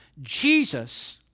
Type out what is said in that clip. Jesus